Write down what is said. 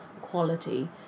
quality